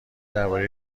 درباره